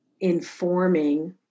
informing